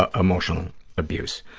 ah emotional abuse.